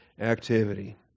activity